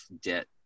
debt